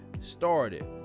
started